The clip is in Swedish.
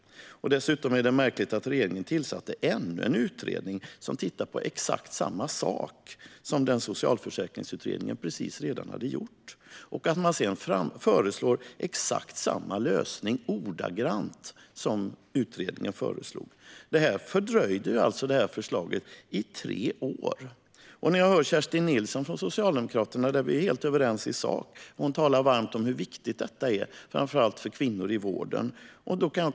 Det är dessutom märkligt att regeringen tillsatte ännu en utredning som tittade på exakt samma sak som Socialförsäkringsutredningen precis hade tittat på. Sedan föreslog man exakt samma lösning, ordagrant, som i utredningens förslag. Det fördröjde alltså förslaget i tre år. Karensavdrag - en mer rättvis självrisk När jag hör Kerstin Nilsson från Socialdemokraterna tala förstår jag att vi är helt överens i sak. Hon talar om hur viktigt detta är, framför allt för kvinnor som arbetar inom vården.